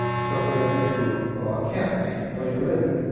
so but ethnic group camps where they lived,